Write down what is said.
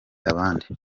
abandi